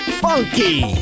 funky